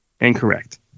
Incorrect